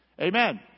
Amen